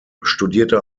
studierte